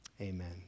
Amen